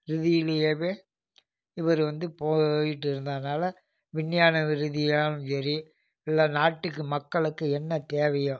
ரீதியாவே இவர் வந்து போய்கிட்டு இருந்ததுனால் விஞ்ஞான ரீதியாகவும் சரி இல்லை நாட்டுக்கு மக்களுக்கு என்ன தேவையோ